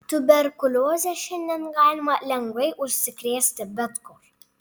tuberkulioze šiandien galima lengvai užsikrėsti bet kur